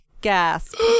gasp